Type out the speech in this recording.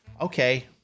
okay